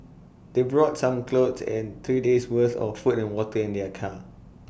they brought some clothes and three days' worth of food and water in their car